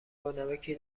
بانمکی